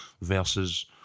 versus